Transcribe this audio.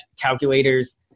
calculators